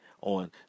on